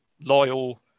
loyal